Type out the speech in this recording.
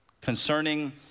concerning